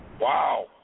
Wow